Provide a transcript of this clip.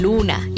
Luna